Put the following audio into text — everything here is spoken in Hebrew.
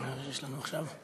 מה יש לנו עכשיו?